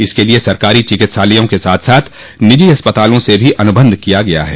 इसके लिए सरकारी चिकित्सालयों के साथ साथ निजो अस्पतालों से भी अनुबंध किया गया है